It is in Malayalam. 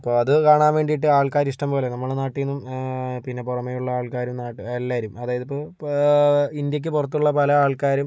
അപ്പോൾ അത് കാണാൻ വേണ്ടിയിട്ട് ആൾക്കാര് ഇഷ്ടംപോലെ നമ്മളെ നാട്ടിൽ നിന്നും പിന്നെ പുറമേയുള്ള ആൾക്കാരും എല്ലാരും അതായതിപ്പോൾ ഇപ്പോൾ ഇന്ത്യയ്ക്ക് പുറത്തുള്ള പല ആൾക്കാരും